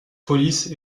police